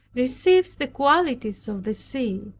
receives the qualities of the sea.